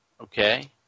okay